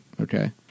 Okay